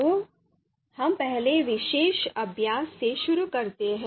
तो हम पहले विशेष अभ्यास से शुरू करते हैं